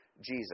Jesus